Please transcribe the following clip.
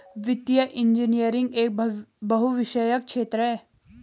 वित्तीय इंजीनियरिंग एक बहुविषयक क्षेत्र है